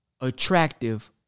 attractive